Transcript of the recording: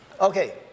okay